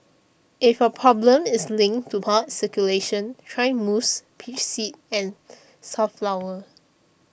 if your problem is linked to blood circulation try musk peach seed and safflower